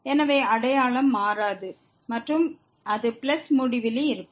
எனவே அடையாளம் மாறாது மற்றும் அது பிளஸ் முடிவிலி இருக்கும்